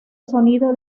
sonido